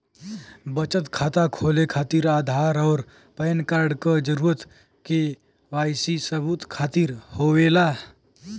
बचत खाता खोले खातिर आधार और पैनकार्ड क जरूरत के वाइ सी सबूत खातिर होवेला